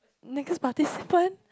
participant